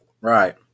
Right